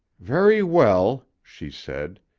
very well, she said,